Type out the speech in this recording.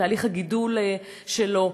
בתהליך הגידול שלו.